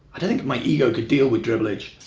think my ego could deal with dribblage.